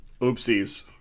Oopsies